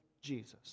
Jesus